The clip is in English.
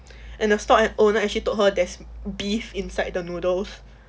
and the stall owner actually told her there's beef inside the noodles